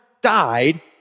died